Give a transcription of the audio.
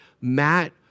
Matt